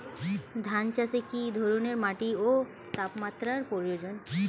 ধান চাষে কী ধরনের মাটি ও তাপমাত্রার প্রয়োজন?